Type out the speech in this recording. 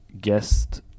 guest